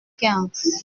quinze